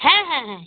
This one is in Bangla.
হ্যাঁ হ্যাঁ হ্যাঁ